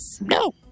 No